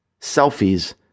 selfies